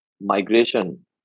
migration